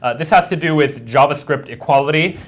this has to do with javascript equality,